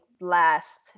last